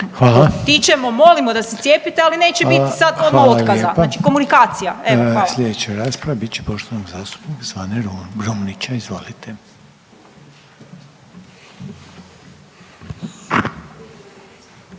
vas potičemo, molimo da se cijepite ali neće biti sada odmah otkaza. Znači komunikacija. **Reiner, Željko (HDZ)** Hvala lijepa. Sljedeća rasprava bit će poštovanog zastupnika Zvane Brumnića. Izvolite.